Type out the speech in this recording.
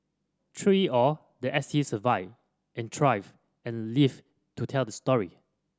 through it all the S T survived and thrived and lived to tell the story